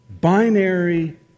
Binary